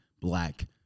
black